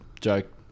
joke